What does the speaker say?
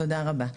תודה רבה.